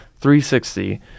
360